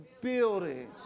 building